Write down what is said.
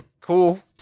cool